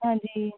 ਹਾਂਜੀ